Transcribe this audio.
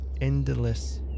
endless